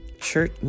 Church